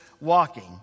walking